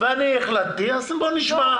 אז בואו נשמע.